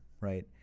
Right